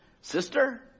sister